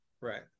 right